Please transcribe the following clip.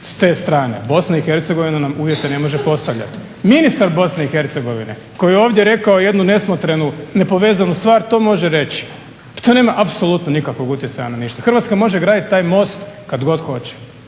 s te strane. Bosna i Hercegovina nam uvjete ne može postavljati. Ministar Bosne i Hercegovine koji je ovdje rekao jednu nesmotrenu nepovezanu stvar to može reći, ali to nema apsolutno nikakvog utjecaja na ništa. Hrvatska može graditi taj most kad god hoće.